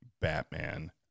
Batman